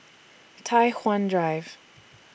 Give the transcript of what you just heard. Tai Hwan Drive